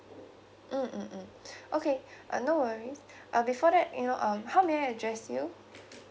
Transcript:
mm mm mm okay uh no worries uh before that you know um how may I address you